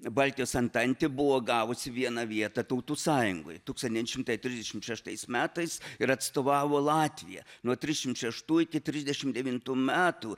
baltijos antantė buvo gavusi vieną vietą tautų sąjungoj tūkstantis devyni šimtai trisdešimt šeštais metais ir atstovavo latviją nuo trisdešimt šeštų iki trisdešimt devintų metų